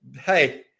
Hey